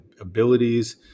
abilities